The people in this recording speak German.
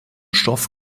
stoff